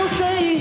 say